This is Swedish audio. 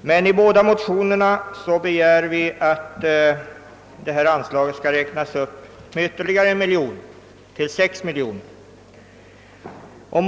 Men i de båda motionerna begärs att anslaget skall räknas upp med ytterligare en miljon till 6 miljoner kronor.